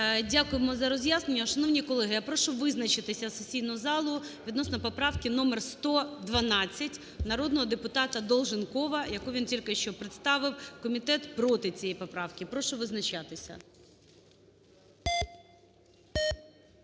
Дякуємо за роз'яснення. Шановні колеги, я прошу визначитися сесійного залу відносно поправки номер 112, народного депутата Долженкова, яку він тільки що представив. Комітет проти цієї поправки. Прошу визначатися.